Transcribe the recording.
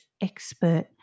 expert